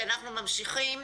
אנחנו ממשיכים.